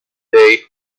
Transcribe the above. day